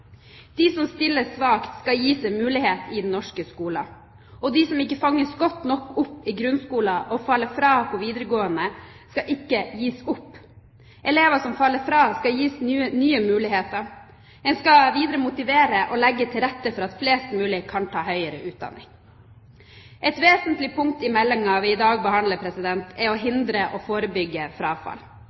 De som stiller svakt, skal gis en mulighet i den norske skolen. Og de som ikke fanges godt nok opp i grunnskolen og faller fra i videregående, skal ikke gis opp. Elever som faller fra, skal gis nye muligheter. En skal videre motivere og legge til rette for at flest mulig kan ta høyere utdanning. Et vesentlig punkt i meldingen vi behandler i dag, er å hindre og å forbygge frafall.